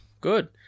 good